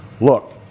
look